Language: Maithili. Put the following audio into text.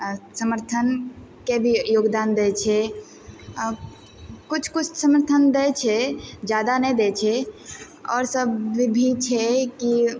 समर्थनके भी योगदान दै छै किछु कुछ समर्थन दै छै जादा नहि दै छै आओर सब भी छै कि